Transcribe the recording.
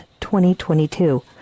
2022